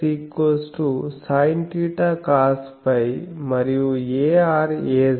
axsinθcosφ మరియు ar